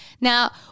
Now